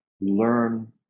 learn